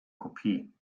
kopie